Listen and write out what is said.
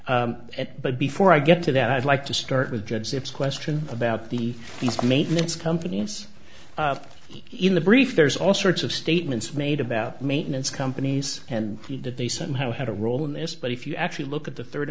at but before i get to that i'd like to start with jobs it's a question about the these maintenance companies in the brief there's all sorts of statements made about maintenance companies and that they somehow had a role in this but if you actually look at the third